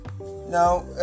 now